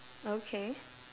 okay